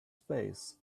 space